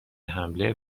حمله